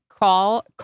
call